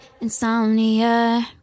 insomnia